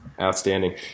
Outstanding